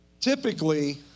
Typically